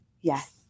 yes